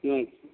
ٹھیک